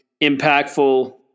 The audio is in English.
impactful